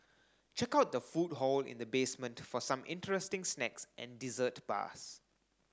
check out the food hall in the basement for some interesting snacks and dessert bars